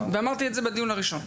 ואמרתי את זה בדיון הראשון.